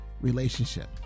relationship